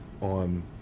on